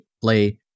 play